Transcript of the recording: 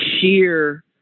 sheer